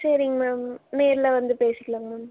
சரிங்க மேம் நேரில் வந்து பேசிக்கலாம்ங்க மேம்